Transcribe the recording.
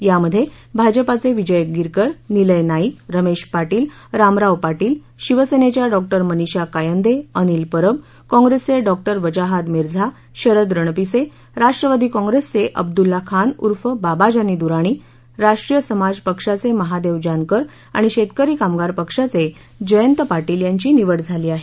यामध्ये भाजपाचे विजय गिरकर निलय नाईक रमेश पाटील रामराव पाटील शिवसेनेच्या डॉ मनिषा कायंदे अनिल परब कॉंग्रेसचे डॉ वजाहाद मिर्झा शरद रणपिसे राष्ट्रवादी कॉंग्रेसचे अब्दुल्ला खान ऊर्फ बाबाजानी द्राणी राष्ट्रीय समाज पक्षाचे महादेव जानकर आणि शेतकरी कामगार पक्षाचे जयंत पाटील यांची निवड झाली आहे